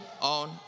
on